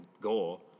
goal